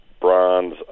bronze